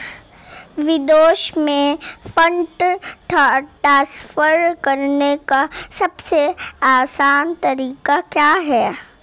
विदेश में fund transfer करने का सबसे आसान तरीका क्या है?